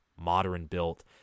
modern-built